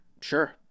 Sure